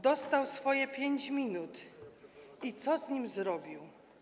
Dostał swoje 5 minut i co z nimi zrobił?